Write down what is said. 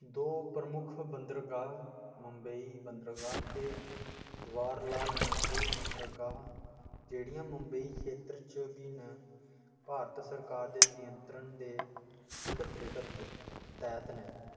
दो प्रमुख बंदरगांह् मुंबई बंदरगाह् ते जवाहरलाल नेहरू बंदरगाह् जेह्ड़ियां मुंबई खेतर च बी न भारत सरकार दे नियंत्रण दे दिक्ख रिक्ख दे तैह्त न